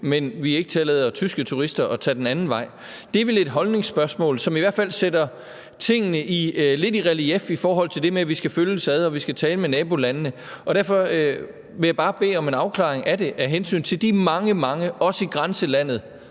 mens vi ikke tillader tyske turister at tage den anden vej. Det er vel et holdningsspørgsmål, som i hvert fald sætter tingene lidt i relief i forhold til det med, at vi skal følges ad, og at vi skal tale med nabolandene. Derfor vil jeg bare bede om en afklaring af det – af hensyn til de mange, mange, også i grænselandet,